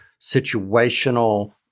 situational